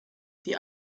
die